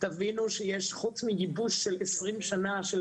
תבינו שיש חוץ מגיבוש של 20 שנה של